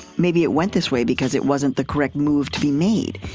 maybe it went this way because it wasn't the correct move to be made.